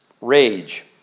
rage